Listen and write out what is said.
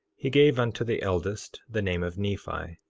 he gave unto the eldest the name of nephi,